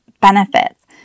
benefits